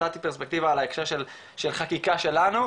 נתתי פרספקטיבה על ההקשר של חקיקה שלנו,